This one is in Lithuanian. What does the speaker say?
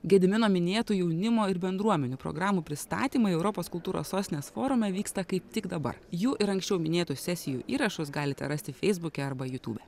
gedimino minėtų jaunimo ir bendruomenių programų pristatymai europos kultūros sostinės forume vyksta kaip tik dabar jų ir anksčiau minėtų sesijų įrašus galite rasti feisbuke arba jutube